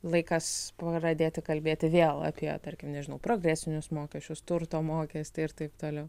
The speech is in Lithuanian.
laikas pradėti kalbėti vėl apie tarkim nežinau progresinius mokesčius turto mokestį ir taip toliau